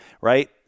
right